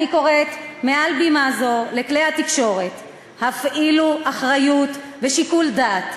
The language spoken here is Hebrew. אני קוראת מעל בימה זו לכלי התקשורת: הפעילו אחריות ושיקול דעת,